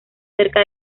cerca